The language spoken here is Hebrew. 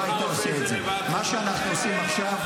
נראה אותך עושה את זה --- מה שאנחנו עושים עכשיו,